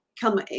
Come